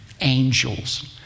angels